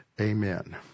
Amen